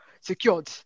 secured